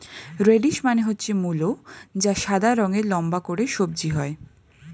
radish মানে হচ্ছে মূলো যা সাদা রঙের লম্বা করে সবজি হয়